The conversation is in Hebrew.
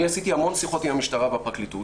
אני עשיתי המון שיחות עם המשטרה ועם הפרקליטות.